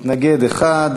מתנגד אחד,